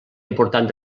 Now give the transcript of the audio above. important